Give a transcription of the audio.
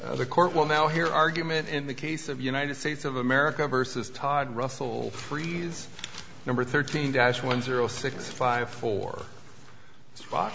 the court will now hear argument in the case of united states of america versus todd russell three he's number thirteen dash one zero six five four spot